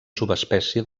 subespècie